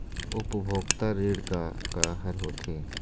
उपभोक्ता ऋण का का हर होथे?